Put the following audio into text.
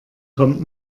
kommt